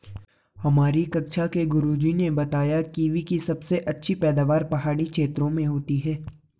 हमारी कक्षा के गुरुजी ने बताया कीवी की सबसे अधिक पैदावार पहाड़ी क्षेत्र में होती है